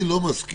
לא, ככל הניתן.